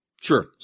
Sure